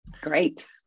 Great